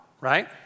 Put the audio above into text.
Right